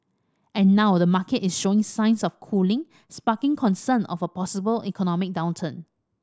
and now the market is showing signs of cooling sparking concern of a possible economic downturn